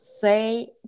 say